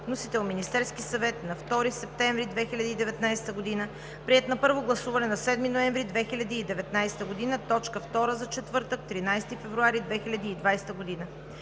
Вносител – Министерският съвет, на 2 септември 2019 г., приет на първо гласуване на 7 ноември 2019 г. – точка втора за четвъртък, 13 февруари 2020 г.